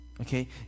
Okay